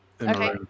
Okay